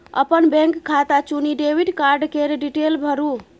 अपन बैंक खाता चुनि डेबिट कार्ड केर डिटेल भरु